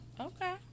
Okay